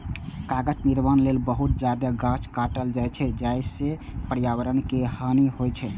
कागज निर्माण लेल बहुत जादे गाछ काटल जाइ छै, जइसे पर्यावरण के हानि होइ छै